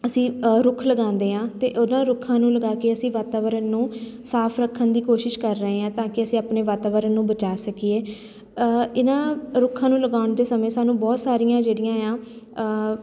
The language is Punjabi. ਅਸੀਂ ਰੁੱਖ ਲਗਾਉਂਦੇ ਹਾਂ ਅਤੇ ਉਹਨਾਂ ਰੁੱਖਾਂ ਨੂੰ ਲਗਾ ਕੇ ਅਸੀਂ ਵਾਤਾਵਰਨ ਨੂੰ ਸਾਫ ਰੱਖਣ ਦੀ ਕੋਸ਼ਿਸ਼ ਕਰ ਰਹੇ ਹਾਂ ਤਾਂ ਕਿ ਅਸੀਂ ਆਪਣੇ ਵਾਤਾਵਰਨ ਨੂੰ ਬਚਾ ਸਕੀਏ ਇਹਨਾਂ ਰੁੱਖਾਂ ਨੂੰ ਲਗਾਉਣ ਦੇ ਸਮੇਂ ਸਾਨੂੰ ਬਹੁਤ ਸਾਰੀਆਂ ਜਿਹੜੀਆਂ ਆ